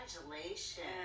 congratulations